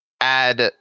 add